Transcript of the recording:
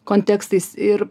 kontekstais ir